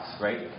right